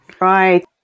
Right